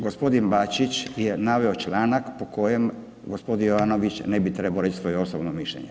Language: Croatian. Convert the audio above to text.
Gospodin Bačić je naveo članak po kojem gospodin Jovanović ne bi trebao reći svoje osobno mišljenje.